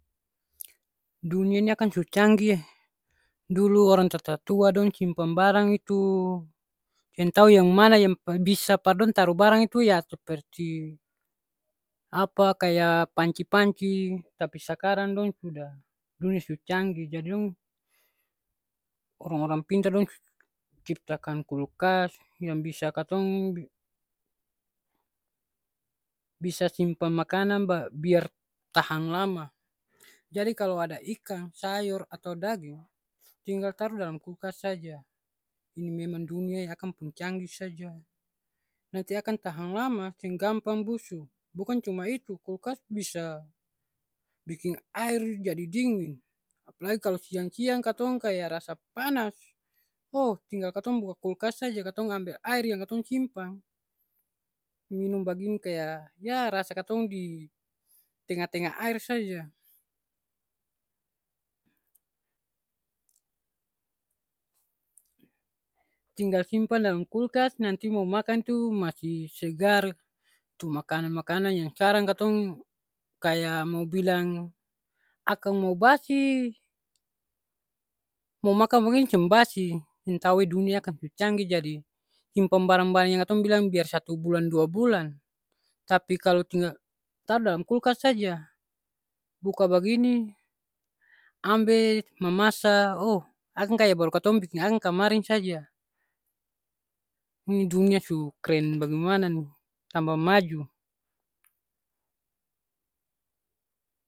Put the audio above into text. Dunia ni akang su canggih e. Dulu orang tatatua dong simpang barang itu seng tau yang mana yang pa bisa par dong taru barang itu ya seperti apa kaya panci-panci, tapi sakarang dong sudah, dunia su canggih jadi dong orang-orang pintar dong ciptakan kulkas, yang bisa katong bi bisa simpang makanang ba biar tahang lama. Jadi kalo ada ikang, sayor, atau daging, tinggal taru dalam kulkas saja. Ini memang dunia e, akang pung canggih saja. Nanti akang tahang lama, seng gampang busu. Bukan cuma itu, kulkas bisa biking aer jadi dingin. Apalai kalo siang-siang katong kaya rasa panas, oh tinggal katong buka kulkas saja katong ambe aer yang katong simpang, minom bagini kaya ya rasa katong di tenga-tenga aer saja. Tinggal simpang dalam kulkas, nanti mo makang tu masi segar tu makanang-makanang yang skarang katong kaya mo bilang akang mo basi, mo makang bagini seng basi. Seng tau e dunia akang su canggih jadi simpang barang-barang yang katong bilang biar satu bulan dua bulan tapi kalo tinggal taru dalam kulkas saja, buka bagini ambe mamasa, oh akang kaya baru katong biking akang kamareng saja. Ini dunia su kren bagemana ni. Tambah maju.